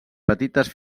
petites